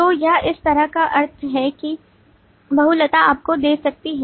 तो यह इस तरह का अर्थ है कि बहुलता आपको दे सकती है